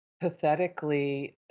pathetically